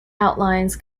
outlines